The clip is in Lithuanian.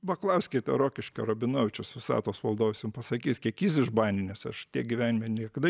paklauskite rokiškio rabinovičiaus visatos valdovas jums pasakys kiek jis išbaninęs aš tiek gyvenime niekada